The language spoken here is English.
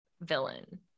villain